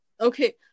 okay